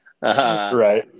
Right